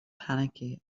panicky